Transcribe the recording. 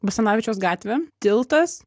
basanavičiaus gatvė tiltas